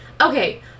Okay